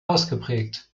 ausgeprägt